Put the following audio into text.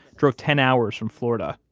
drove ten hours from florida,